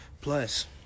Plus